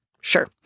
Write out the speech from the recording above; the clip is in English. Sure